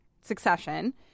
succession